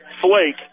Flake